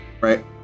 Right